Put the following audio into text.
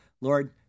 Lord